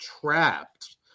trapped